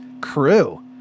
crew